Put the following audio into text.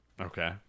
Okay